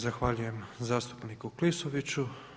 Zahvaljujem zastupniku Klisoviću.